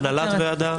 הנהלת ועדה,